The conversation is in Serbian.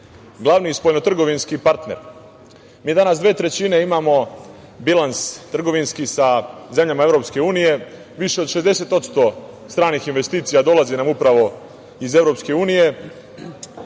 glavni spoljno-trgovinski partner. Mi danas dve trećine imamo trgovinski bilans sa zemljama EU, više od 60% stranih investicija dolazi nam upravo iz EU,